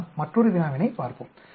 நாம் மற்றொரு வினாவினைப் பார்ப்போம்